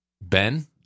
Ben